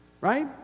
Right